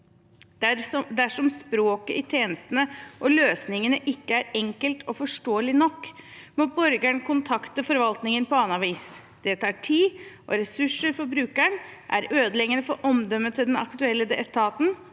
Dersom språket i tjenestene og løsningene ikke er enkelt og forståelig nok, må borgeren kontakte forvaltningen på annet vis. Det tar tid og ressurser for brukeren, er ødeleggende for omdømmet til den aktuelle etaten